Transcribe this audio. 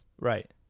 Right